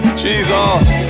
jesus